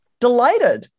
delighted